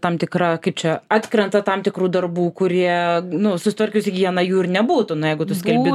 tam tikra kaip čia atkrenta tam tikrų darbų kurie nu susitvarkius higieną jų ir nebūtų na jeigu tu skelbi